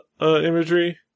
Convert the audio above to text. imagery